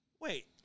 wait